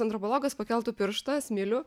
antropologas pakeltų pirštą smilių